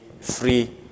free